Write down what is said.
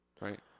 right